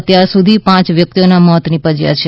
અત્યાર સુધી પાંચ વ્યક્તિઓના મોત નિપજ્યા છે